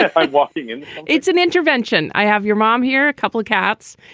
i'm walking and it's an intervention. i have your mom here, a couple of cats.